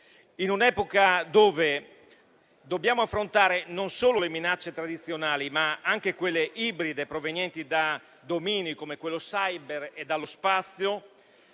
In un'epoca in cui dobbiamo affrontare non solo le minacce tradizionali ma anche quelle ibride provenienti da domini come quello *cyber* e dallo spazio,